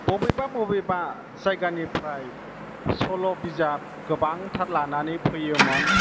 बबेबा बबेबा जायगानिफ्राय सल' बिजाब गोबांथार लानानै फैयोमोन